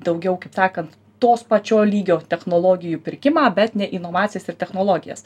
daugiau kaip sakant tos pačio lygio technologijų pirkimą bet ne inovacijas ir technologijas